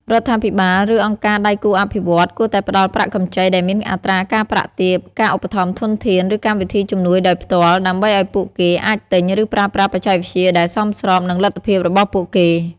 រដ្ឋាភិបាល ឬអង្គការដៃគូអភិវឌ្ឍន៍ គួរតែផ្តល់ប្រាក់កម្ចីដែលមានអត្រាការប្រាក់ទាប ការឧបត្ថម្ភធន ឬកម្មវិធីជំនួយដោយផ្ទាល់ ដើម្បីឲ្យពួកគេអាចទិញ ឬប្រើប្រាស់បច្ចេកវិទ្យាដែលសមស្របនឹងលទ្ធភាពរបស់ពួកគេ។